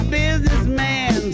businessman